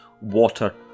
water